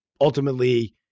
ultimately